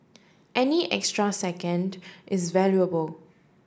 any extra second is valuable